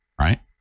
right